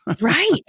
Right